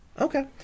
Okay